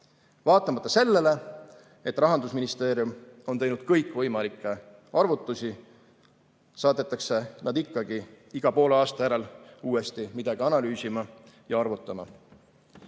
Vaatamata sellele, et Rahandusministeerium on teinud kõikvõimalikke arvutusi, saadetakse nad ikkagi iga poole aasta järel uuesti midagi analüüsima ja arvutama. Jällegi,